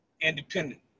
independent